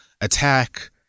attack